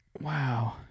wow